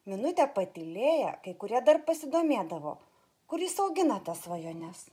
minutę patylėję kai kurie dar pasidomėdavo kur jis augina tas svajones